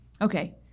Okay